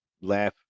laugh